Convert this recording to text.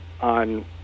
on